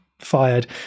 fired